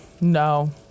no